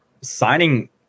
signing